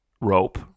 Rope